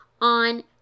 on